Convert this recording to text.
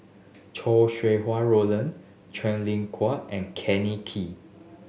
Chow Sau Hai Roland Quen Ling Kua and Kenny Kee